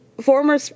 former